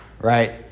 right